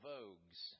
Vogues